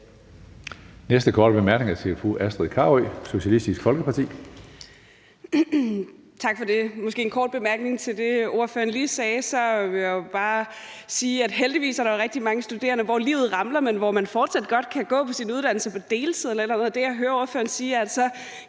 Næste korte bemærkning er til fru Astrid Carøe, Socialistisk Folkeparti. Kl. 15:31 Astrid Carøe (SF): Tak for det. Måske som en kort bemærkning til det, ordføreren lige sagde, vil jeg bare sige, at der jo er rigtig mange studerende, for hvem livet ramler, men hvor man heldigvis fortsat godt kan gå på sin uddannelse på deltid, og det, jeg hører ordføreren sige, er, at så